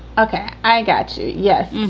ok, i got you. yes.